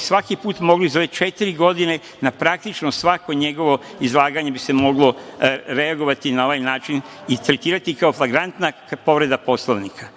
svaki put bi mogli, za ove četiri godine na praktično svako njegovo izlaganje bi se moglo reagovati na ovaj način i tretirati kao flagrantna povreda Poslovnika.